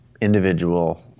individual